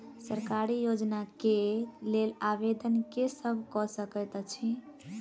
सरकारी योजना केँ लेल आवेदन केँ सब कऽ सकैत अछि?